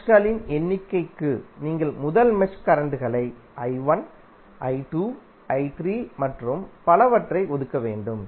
மெஷ்களின் எண்ணிக்கைக்கு நீங்கள் முதல் மெஷ் கரண்ட்களை I1 I2 I3 மற்றும் பலவற்றை ஒதுக்க வேண்டும்